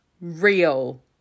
real